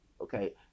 Okay